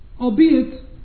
albeit